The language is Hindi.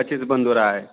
अच्छे से बंद हो रहा है